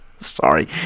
Sorry